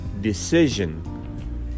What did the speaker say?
decision